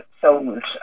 sold